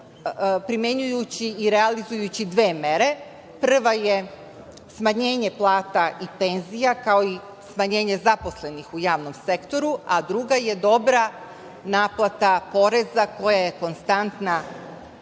primenjujući i realizujući dve mere. Prva je smanjenje plata i penzija, kao i smanjenje zaposlenih u javnom sektoru, a druga je dobra naplata poreza, koja je konstantna